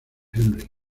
henry